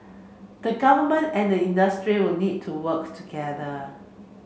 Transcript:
the government and the industry will need to work together